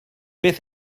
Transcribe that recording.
beth